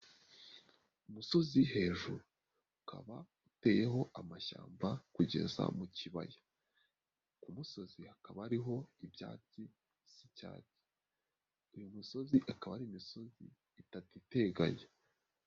Umusozi hejuru, ukaba uteyeho amashyamba kugeza mu kibaya, ku musozi hakaba ariho ibyatisi, bisa icyatsi, uyu musozi akaba ari imisozi, itatu iteganye.